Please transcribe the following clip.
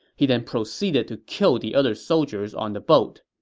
he then proceeded to kill the other soldiers on the boat.